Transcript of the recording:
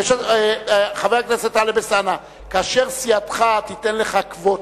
חבר הכנסת טלב אלסאנע, כאשר סיעתך תיתן לך קווטה,